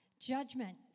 Judgment